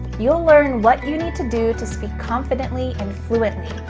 you'll learn what you need to do to speak confidently and fluently.